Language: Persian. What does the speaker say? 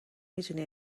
میتونی